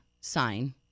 sign